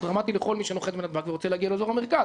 הוא דרמטי לכל מי שנוחת בנתב"ג ורוצה להגיע לאזור המרכז.